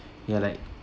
ya like